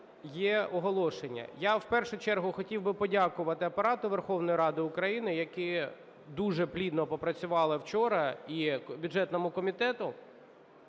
є оголошення. Я, в першу чергу, хотів би подякувати Апарату Верховної Ради України, які дуже плідно попрацювали вчора, і бюджетному комітету,